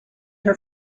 her